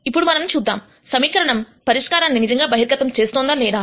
ఇప్పుడు మనం చూద్దాం సమీకరణం పరిష్కారాన్ని నిజంగా బహిర్గతం చేస్తోందా లేదా అని